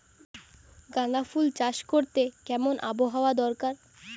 গাঁদাফুল চাষ করতে কেমন আবহাওয়া দরকার?